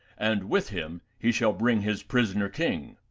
and with him he shall bring his prisoner king.